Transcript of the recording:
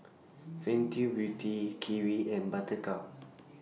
Fenty Beauty Kiwi and Buttercup